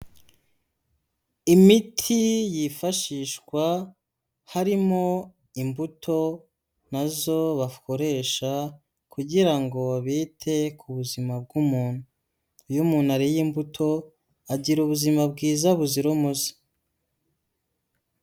Imiti yifashishwa harimo imbuto nazo bakoresha kugira ngo bite ku buzima bw'umuntu, iyo umuntu ariye imbuto agira ubuzima bwiza buzira umuze.